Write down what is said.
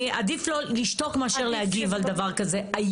עדיף לשתוק מאשר להגיב על דבר כזה.